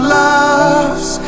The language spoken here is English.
loves